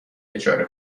اجاره